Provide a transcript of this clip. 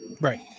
right